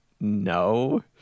No